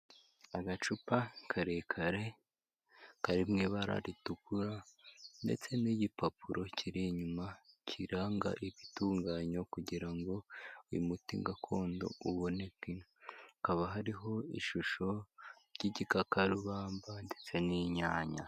Agacupa karekare kari mu ibara ritukura ndetse n'igipapuro kiri inyuma, kiranga ibitunganyo kugira ngo uyu muti gakondo uboneke. Kaba hariho ishusho ry'igikakarubamba ndetse n'inyanya.